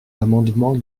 l’amendement